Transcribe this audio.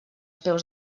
peus